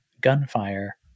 gunfire